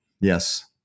Yes